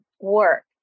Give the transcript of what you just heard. work